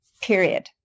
Period